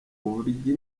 ububiligi